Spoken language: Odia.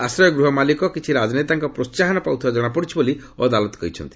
ଆଶ୍ରୟ ଗୃହ ମାଲିକ କିଛି ରାଜନେତାଙ୍କ ପ୍ରୋହାହନ ପାଉଥିବା କ୍ଷଣାପଡୁଛି ବୋଳି ଅଦାଲତ କହିଛନ୍ତି